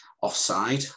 offside